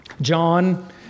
John